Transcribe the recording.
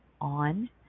on